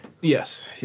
Yes